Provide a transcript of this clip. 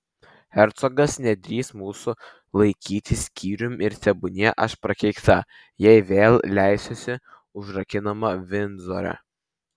hercogas nedrįs mūsų laikyti skyrium ir tebūnie aš prakeikta jei vėl leisiuosi užrakinama vindzore